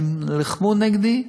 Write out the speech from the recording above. הם לחמו נגדי,